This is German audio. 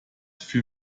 für